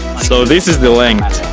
so this is the length.